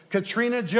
Katrina